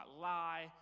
lie